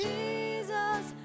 Jesus